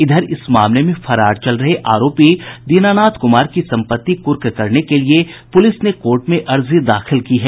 इधर इस मामले में फरार चल रहे आरोपी दीनानाथ कुमार की संपत्ति कुर्क करने के लिये पुलिस ने कोर्ट में अर्जी दाखिल की है